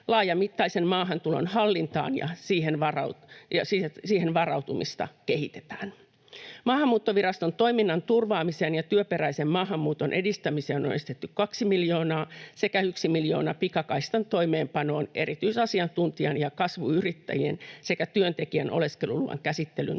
Laajamittaisen maahantulon hallintaa ja siihen varautumista kehitetään. Maahanmuuttoviraston toiminnan turvaamiseen ja työperäisen maahanmuuton edistämiseen on esitetty 2 miljoonaa sekä 1 miljoona pikakaistan toimeenpanoon erityisasiantuntijan, kasvuyrittäjän ja työntekijän oleskeluluvan käsittelyn